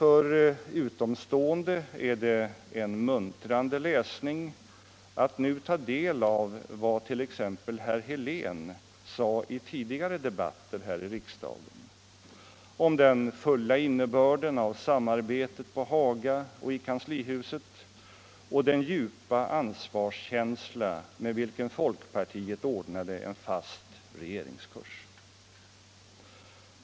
För utomstående är det en muntrande läsning att nu ta del av vad t.ex. herr Helén sade i tidigare debatter här i riksdagen om den fulla innebörden av samarbetet på Haga och i kanslihuset och den djupa ansvarskänsla med vilken folkpartiet ordnade en fast regeringskurs.